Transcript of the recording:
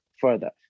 further